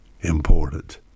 important